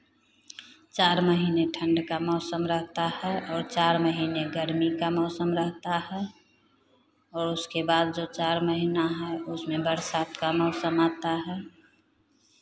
चार महीने ठंड का मौसम रहता है और चार महीने गर्मी का मौसम रहता है और उसके बाद जो चार महीना है उसमें बरसात का मौसम आता है